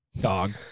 Dog